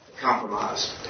compromised